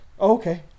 Okay